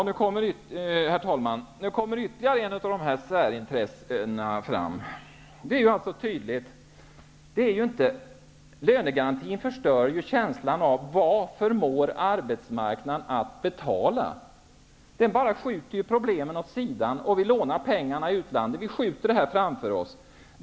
Herr talman! Nu kommer ytterligare ett av särintressena här fram. Det är alltså tydligt att lönegarantin förstör känslan av vad arbetsmarknaden förmår betala. Problemen skjuts bara åt sidan. Vi lånar pengar i utlandet och skjuter således det hela framför oss.